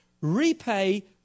Repay